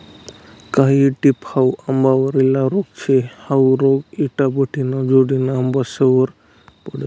कायी टिप हाउ आंबावरला रोग शे, हाउ रोग इटाभट्टिना जोडेना आंबासवर पडस